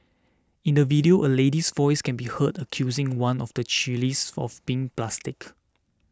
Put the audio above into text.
in the video a lady's voice can be heard accusing one of the chillies of being plastic